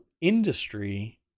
industry